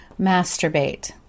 masturbate